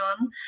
on